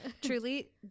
truly